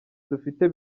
dufite